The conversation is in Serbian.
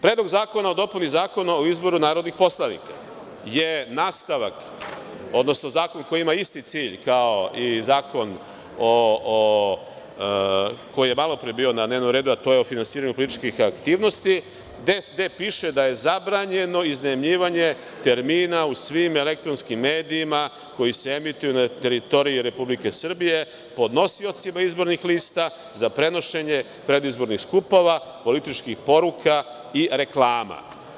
Predlog zakona o dopuni Zakona o izboru narodnih poslanika je nastavak, odnosno zakon koji ima isti cilj kao i zakon koji je malopre bio na dnevnom redu, a to je o finansiranju političkih aktivnosti gde piše da je zabranjeno iznajmljivanje termina u svim elektronskim medijima koji se emituju na teritoriji Republike Srbije podnosiocima izbornih lista za prenošenje predizbornih skupova, političkih poruka i reklama.